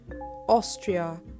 Austria